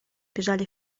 бежали